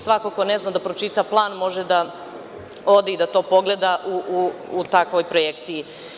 Svako ko ne zna da pročita plan može da ode i da to pogleda u takvoj projekciji.